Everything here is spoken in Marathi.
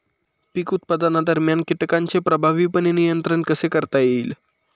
पीक उत्पादनादरम्यान कीटकांचे प्रभावीपणे नियंत्रण कसे करता येईल?